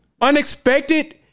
unexpected